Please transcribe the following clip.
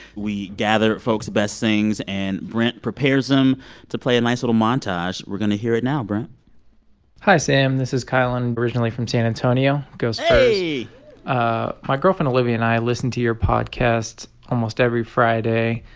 we gather folks' best things, and brent prepares them to play a nice, little montage. we're going to hear it now, brent hi, sam. this is kyle. i'm and and originally from san antonio. go, spurs so hey ah my girlfriend olivia and i listen to your podcast almost every friday.